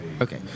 okay